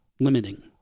limiting